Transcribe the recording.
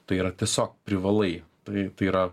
tai yra tiesiog privalai tai tai yra